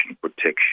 protection